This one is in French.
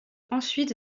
ensuite